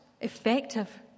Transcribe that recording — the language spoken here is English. effective